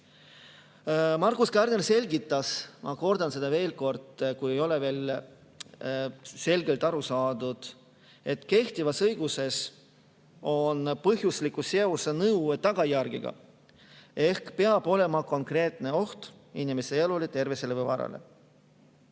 Markus Kärner selgitas – ma kordan seda veel kord, kui ei ole veel selgelt aru saadud –, et kehtivas õiguses on põhjusliku seose nõue tagajärjega ehk peab olema konkreetne oht inimese elule, tervisele või varale.